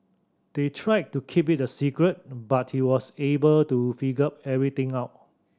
they tried to keep it a secret but he was able to figure everything out